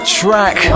track